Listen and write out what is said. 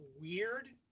weird